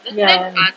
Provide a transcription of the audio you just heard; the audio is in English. ya